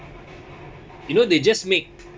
you know they just make